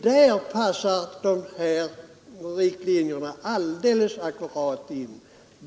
Där passar det här principerna alldeles ackurat in.